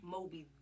Moby